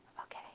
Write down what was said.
okay